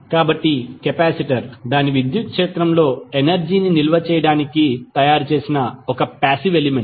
కాబట్టి కెపాసిటర్ దాని విద్యుత్ క్షేత్రంలో ఎనర్జీని నిల్వ చేయడానికి తయారు చేసిన ఒక పాశివ్ ఎలిమెంట్